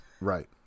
Right